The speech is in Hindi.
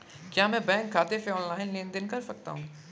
क्या मैं बैंक खाते से ऑनलाइन लेनदेन कर सकता हूं?